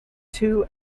two